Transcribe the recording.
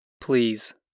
Please